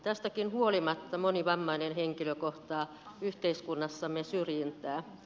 tästäkin huolimatta moni vammainen henkilö kohtaa yhteiskunnassamme syrjintää